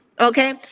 Okay